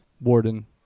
Warden